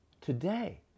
today